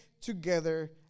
together